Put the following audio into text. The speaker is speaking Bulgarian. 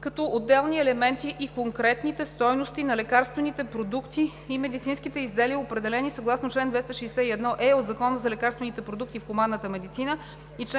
като отделни елементи и конкретните стойности на лекарствените продукти и медицинските изделия, определени съгласно чл. 261е от Закона за лекарствените продукти в хуманната медицина и чл.